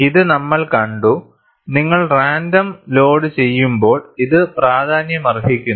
ഇത് നമ്മൾ കണ്ടു നിങ്ങൾ റാൻഡം ലോഡുചെയ്യുമ്പോൾ ഇത് പ്രാധാന്യമർഹിക്കുന്നു